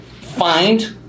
find